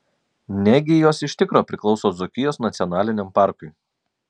negi jos iš tikro priklauso dzūkijos nacionaliniam parkui